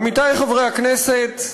עמיתי חברי הכנסת,